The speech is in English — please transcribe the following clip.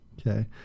Okay